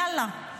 יאללה,